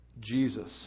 Jesus